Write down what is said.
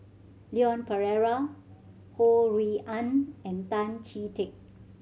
Leon Perera Ho Rui An and Tan Chee Teck